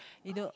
you know